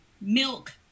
milk